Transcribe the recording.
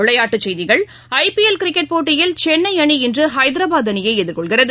விளைபாட்டுச்செய்கிகள் IPL cricket போட்டியில் சென்னைஅணி இன்றுஹைதராபாத் அணியைஎதிர்கொள்கிறது